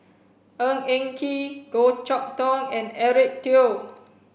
Ng Eng Kee Goh Chok Tong and Eric Teo